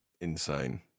insane